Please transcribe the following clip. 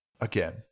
Again